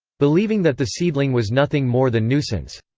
believing that the seedling was nothing more than nuisance.